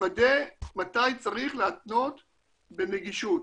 לוודא מתי צריך להתנות בנגישות.